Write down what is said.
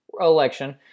election